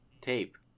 tape